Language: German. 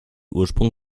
ursprung